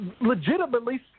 Legitimately